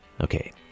Okay